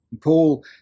Paul